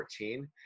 2014